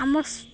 ଆମ ସ